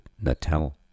Natal